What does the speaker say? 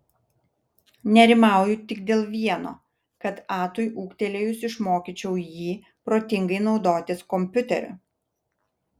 nerimauju tik dėl vieno kad atui ūgtelėjus išmokyčiau jį protingai naudotis kompiuteriu